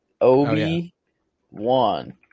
Obi-Wan